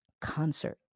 concert